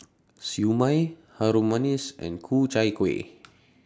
Siew Mai Harum Manis and Ku Chai Kuih